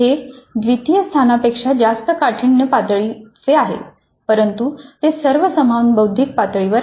हे द्वितीय स्थानापेक्षा जास्त काठिण्य पातळी आहे परंतु ते सर्व समान बौद्धिक पातळीवर आहेत